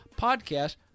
podcast